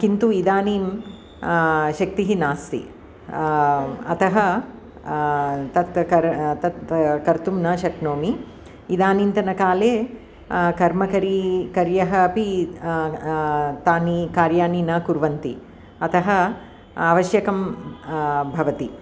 किन्तु इदानीं शक्तिः नास्ति अतः तत् कर तत् कर्तुं न शक्नोमि इदानीन्तनकाले कर्मकरी कर्यः अपि तानि कार्याणि न कुर्वन्ति अतः आवश्यकं भवति